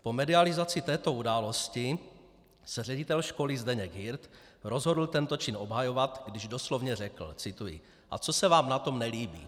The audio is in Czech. Po medializaci této události se ředitel školy Zdeněk Hirt rozhodl tento čin obhajovat, když doslovně řekl cituji: A co se vám na tom nelíbí?